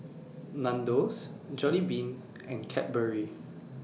Nandos Jollibean and Cadbury